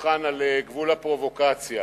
מבחן על גבול הפרובוקציה,